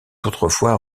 autrefois